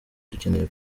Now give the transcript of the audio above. dukeneye